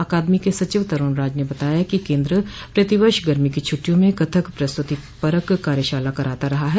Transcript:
अकादमी के सचिव तरुण राज ने बताया कि केन्द्र प्रतिवर्ष गर्मी की छुट्टियों में कथक प्रस्तुतिपरक कार्यशाला कराता रहा है